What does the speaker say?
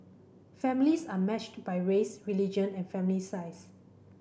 families are matched by race religion and family size